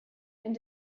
and